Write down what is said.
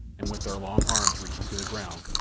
and with their long arms reaching to the ground,